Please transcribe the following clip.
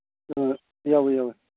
ꯑ ꯌꯥꯎꯋꯤ ꯌꯥꯎꯋꯤ